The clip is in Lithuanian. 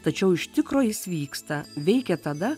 tačiau iš tikro jis vyksta veikia tada